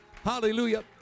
Hallelujah